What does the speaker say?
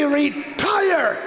retire